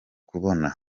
kubona